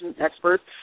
experts